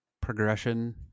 progression